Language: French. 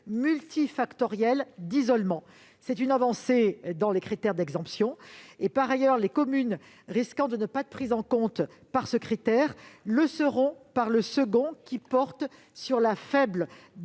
multifactoriel d'isolement. Il s'agit d'une avancée dans les critères d'exemption. Par ailleurs, les communes risquant de ne pas être prises en compte par ce critère le seront par le second, qui porte sur la faible demande